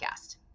podcast